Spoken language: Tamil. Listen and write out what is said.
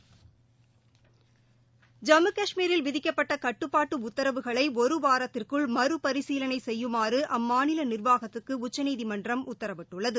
ஐம்மு கஷ்மீரில் விதிக்கப்பட்ட கட்டுப்பாட்டு உத்தரவுகளை ஒரு வாரத்திற்குள் மறு பரிசீலனை செய்யுமாறு அம்மாநில நிர்வாகத்துக்கு உச்சநீதிமன்றம் உத்தரவிட்டுள்ளது